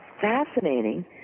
fascinating